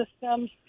systems